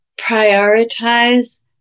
prioritize